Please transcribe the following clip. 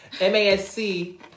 M-A-S-C